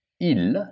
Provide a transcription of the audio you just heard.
Il